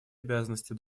обязанности